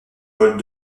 paul